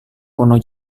kuno